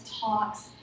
talks